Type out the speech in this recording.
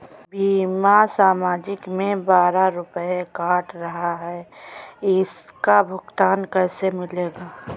बीमा मासिक में बारह रुपय काट रहा है इसका भुगतान कैसे मिलेगा?